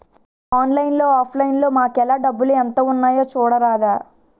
ఆన్లైన్లో offline మాకేఏల్రా డబ్బులు ఎంత ఉన్నాయి చూడరాదా